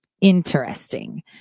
Interesting